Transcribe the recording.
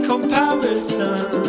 comparison